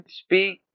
speak